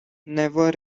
never